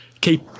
keep